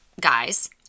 guys